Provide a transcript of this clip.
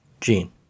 Gene